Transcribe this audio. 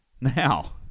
Now